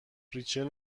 ریچل